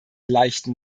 leichten